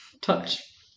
Touch